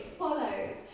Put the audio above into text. follows